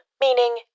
meaning